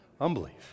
Unbelief